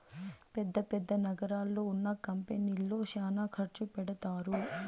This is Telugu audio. పెద్ద పెద్ద నగరాల్లో ఉన్న కంపెనీల్లో శ్యానా ఖర్చు పెడతారు